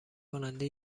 کننده